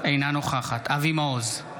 אינה נוכחת אבי מעוז,